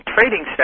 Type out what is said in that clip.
trading